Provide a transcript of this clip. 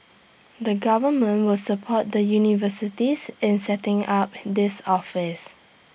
the government will support the universities in setting up this office